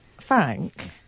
Frank